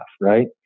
Right